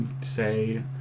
say